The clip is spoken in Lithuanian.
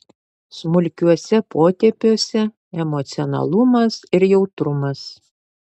smulkiuose potėpiuose emocionalumas ir jautrumas